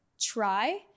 try